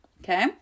Okay